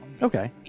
Okay